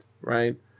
Right